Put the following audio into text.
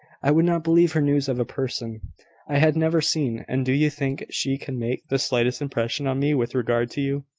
i would not believe her news of a person i had never seen and do you think she can make the slightest impression on me with regard to you.